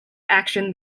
action